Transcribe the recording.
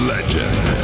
Legend